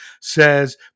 says